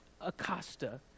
Acosta